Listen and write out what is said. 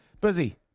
busy